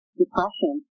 depression